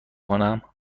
کنم